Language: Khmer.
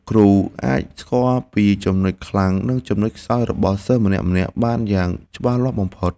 គ្រូអាចស្គាល់ពីចំណុចខ្លាំងនិងចំណុចខ្សោយរបស់សិស្សម្នាក់ៗបានយ៉ាងច្បាស់លាស់បំផុត។